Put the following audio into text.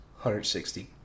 160